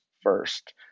first